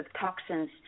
toxins